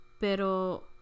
pero